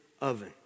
oven